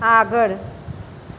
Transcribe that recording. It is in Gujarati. આગળ